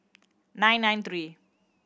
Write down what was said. nine nine three